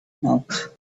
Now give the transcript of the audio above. mouth